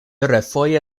refoje